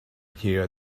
here